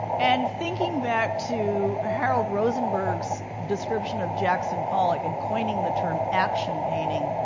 and thinking back to harold rosenberg's description of jackson pollock and coining the term action painting,